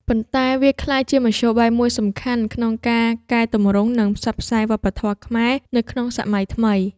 ប៉ុន្តែវាក្លាយជាមធ្យោបាយមួយសំខាន់ក្នុងការកែទម្រង់ និងផ្សព្វផ្សាយវប្បធម៌ខ្មែរ នៅក្នុងសម័យថ្មី។